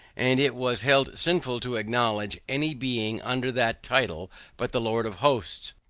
and it was held sinful to acknowledge any being under that title but the lord of hosts.